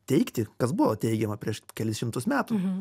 teigti kas buvo teigiama prieš kelis šimtus metų